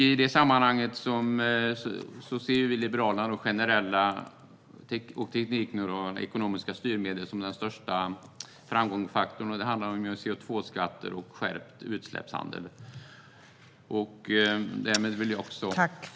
I det sammanhanget ser Liberalerna generella och teknikneutrala ekonomiska styrmedel som den största framgångsfaktorn. Det handlar om CO2-skatter och skärpt utsläppshandel. Därmed vill jag också tacka för debatten.